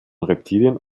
reptilien